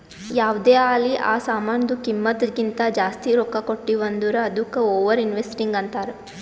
ಯಾವ್ದೇ ಆಲಿ ಆ ಸಾಮಾನ್ದು ಕಿಮ್ಮತ್ ಕಿಂತಾ ಜಾಸ್ತಿ ರೊಕ್ಕಾ ಕೊಟ್ಟಿವ್ ಅಂದುರ್ ಅದ್ದುಕ ಓವರ್ ಇನ್ವೆಸ್ಟಿಂಗ್ ಅಂತಾರ್